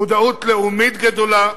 מודעות לאומית גדולה,